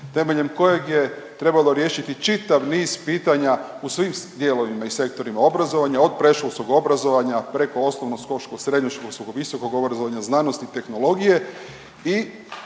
temeljem kojeg je trebalo riješiti čitav niz pitanja u svim dijelovima i sektorima obrazovanja od predškolskog obrazovanja preko osnovnoškolskog, srednje školskog, visokog obrazovanja, znanosti i tehnologije